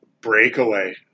breakaway